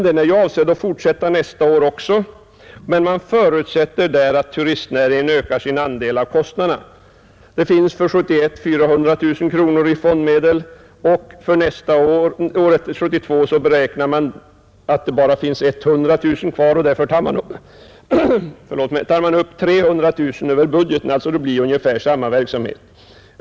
Den är avsedd att fortsätta också nästa år, men man förutsätter där att turistnäringen står för en ökad andel av kostnaderna. För 1971 finns 400 000 kronor i fondmedel. För 1972 beräknar man att det bara finns 100 000 kronor kvar, och därför tar man upp 300000 kronor över budgeten. Det innebär ungefär samma verksamhet.